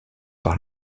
par